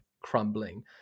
crumbling